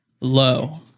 low